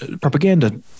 propaganda